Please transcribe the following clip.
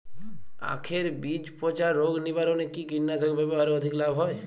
আঁখের বীজ পচা রোগ নিবারণে কি কীটনাশক ব্যবহারে অধিক লাভ হয়?